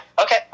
okay